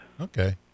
Okay